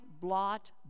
blot